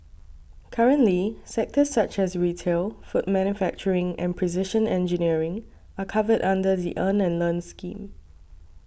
currently sectors such as retail food manufacturing and precision engineering are covered under the Earn and Learn scheme